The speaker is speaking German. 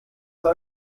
sein